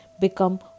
become